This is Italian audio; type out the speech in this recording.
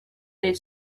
del